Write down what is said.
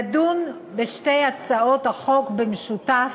לדון בשתי הצעות החוק במשותף